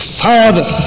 father